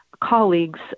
colleagues